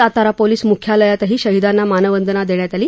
Satara police मुख्यालयातही शहीदांना मानवंदना देण्यात आली